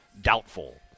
Doubtful